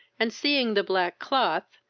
and seeing the black cloth,